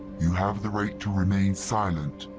you have the right to remain silent.